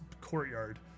courtyard